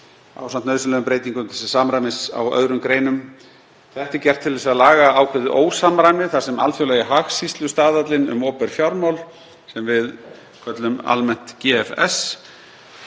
ásamt nauðsynlegum breytingum til samræmis á öðrum greinum. Þetta er gert til þess að laga ákveðið ósamræmi þar sem alþjóðlegi hagskýrslustaðallinn um opinber fjármál, sem við köllum almennt GFS,